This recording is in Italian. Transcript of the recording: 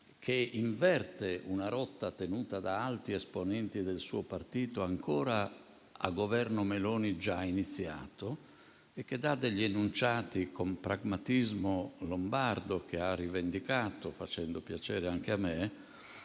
ha invertito una rotta tenuta da alti esponenti del suo partito ancora a Governo Meloni già iniziato e ha dato enunciati con pragmatismo lombardo, rivendicando - ha fatto piacere anche a me